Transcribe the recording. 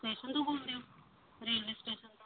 station ਤੋਂ ਬੋਲਦੇ ਹੋ ਰੇਲਵੇ ਸਟੇਸ਼ਨ ਤੋਂ